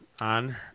on